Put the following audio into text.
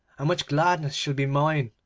and much gladness shall be mine